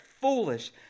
foolish